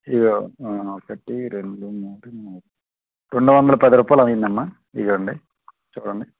ఇదిగో ఒకటి రెండు మూడు నాలుగు రెండువందల పది రూపాయలు అయిందమ్మ ఇదిగోండి చూడండి